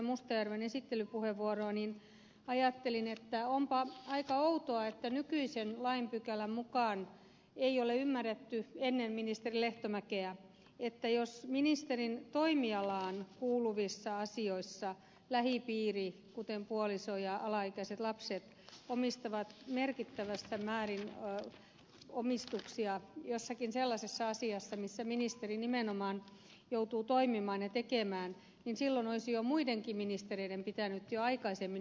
mustajärven esittelypuheenvuoroa niin ajattelin että onpa aika outoa että nykyisen lainpykälän mukaan ei ole ymmärretty ennen ministeri lehtomäkeä että jos ministerin toimialaan kuuluvissa asioissa lähipiiri kuten puoliso ja alaikäiset lapset omistavat merkittävässä määrin omistuksia jossakin sellaisessa asiassa missä ministeri nimenomaan joutuu toimimaan ja tekemään niin silloin olisi jo muidenkin ministereiden pitänyt aikaisemmin ymmärtää